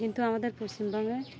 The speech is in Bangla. কিন্তু আমাদের পশ্চিমবঙ্গে